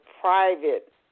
private